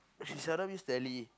she seldom use Tele